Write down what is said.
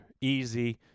Easy